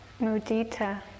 Mudita